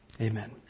Amen